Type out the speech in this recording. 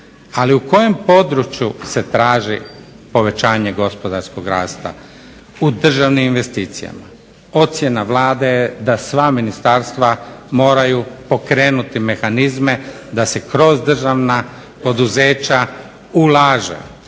Ali u kojem području se traži povećanje gospodarskog rasta? U državnim investicijama. Ocjena Vlade da sva ministarstva moraju pokrenuti mehanizme da se kroz državna poduzeća ulaže